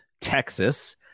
Texas